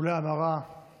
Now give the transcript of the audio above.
טיפולי המרה הם